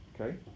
Okay